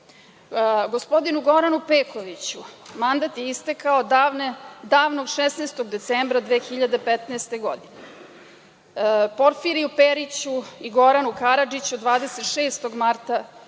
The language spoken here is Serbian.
Gospodinu Goranu Pekoviću mandat je istekao davnog 16. decembra 20115. godine, Porfiriju Periću i Goranu Karadžiću 26. marta